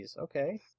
okay